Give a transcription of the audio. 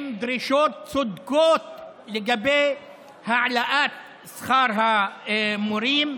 עם דרישות צודקות לגבי העלאת שכר המורים,